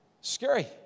scary